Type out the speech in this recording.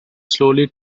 slowly